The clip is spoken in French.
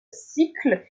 cycle